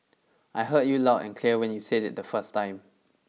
I heard you loud and clear when you said it the first time